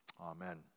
Amen